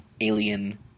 alien